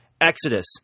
Exodus